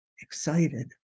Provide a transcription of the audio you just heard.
excited